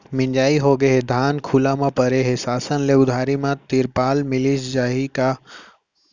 मिंजाई होगे हे, धान खुला म परे हे, शासन ले उधारी म तिरपाल मिलिस जाही का?